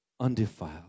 undefiled